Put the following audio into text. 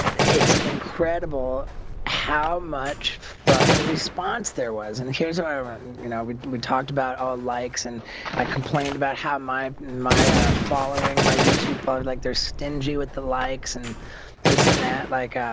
it's incredible how much fuckin response there was and here's ireland you know we we talked about all likes and i complained about how my my ah following my youtube buzz like there's stingy with the likes and this and that like um